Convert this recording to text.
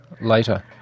later